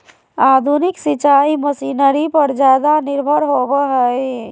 आधुनिक सिंचाई मशीनरी पर ज्यादा निर्भर होबो हइ